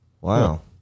Wow